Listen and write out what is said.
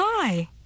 Hi